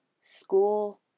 school